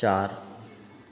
चार